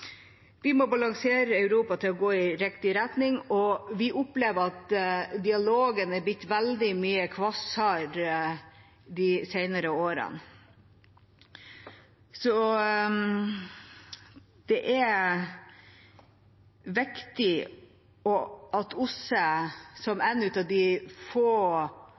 Vi må balansere Europa til å gå i riktig retning, for vi opplever at dialogen er blitt veldig mye kvassere de senere årene. Jeg sier at dialogen er blitt kvassere og